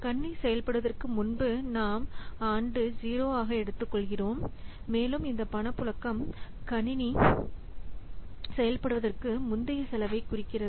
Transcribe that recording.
கணினி செயல்படுவதற்கு முன்பு நாம் ஆண்டு 0 ஆக எடுத்துக்கொள்கிறோம் மேலும் இந்த பணப்புழக்கம் கணினி செயல்படுவதற்கு முந்தைய செலவைக் குறிக்கிறது